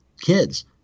kids